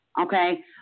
Okay